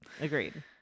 agreed